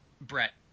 Brett